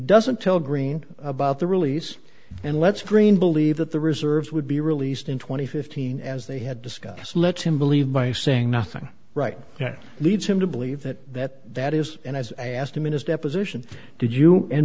doesn't tell green about the release and lets green believe that the reserves would be released in two thousand and fifteen as they had discussed let him believe by saying nothing right leads him to believe that that that is and as i asked him in his deposition did you and